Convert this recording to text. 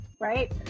right